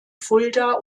fulda